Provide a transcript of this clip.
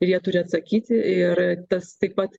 ir jie turi atsakyti ir tas taip pat